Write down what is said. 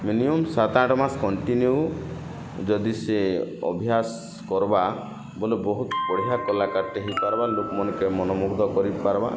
minimum ସାତ ଆଠ ମାସ କଣ୍ଟିନ୍ୟୁ ଯଦି ସେ ଅଭ୍ୟାସ୍ କର୍ବା ବୋଲେ ବହୁତ୍ ବଢ଼ିଆ କଲାକାର୍ଟେ ହେଇପାର୍ବା ଲୋକ୍ ମାନଙ୍କେ ମନ ମୁଗ୍ଧ କରି ପାର୍ବା